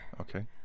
Okay